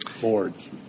boards